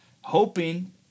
hoping